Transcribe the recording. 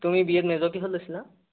তুমি বি এত মেজৰ কিহত লৈছিলা